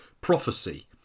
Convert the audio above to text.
prophecy